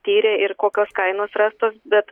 tyrė ir kokios kainos rastos bet